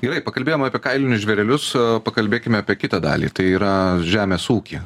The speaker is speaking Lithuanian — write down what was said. gerai pakalbėjom apie kailinius žvėrelius pakalbėkime apie kitą dalį tai yra žemės ūkį